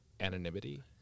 anonymity